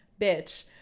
bitch